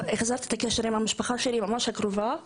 חזרתי לקשר עם המשפחה הקרובה שלי,